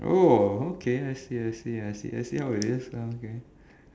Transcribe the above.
oh okay I see I see I see I see I see how it is ah okay